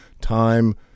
time